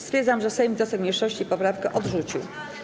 Stwierdzam, że Sejm wniosek mniejszości i poprawkę odrzucił.